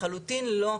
לחלוטין לא.